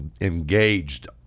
engaged